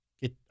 get